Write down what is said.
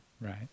Right